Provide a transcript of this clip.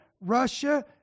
Russia